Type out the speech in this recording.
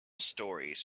stories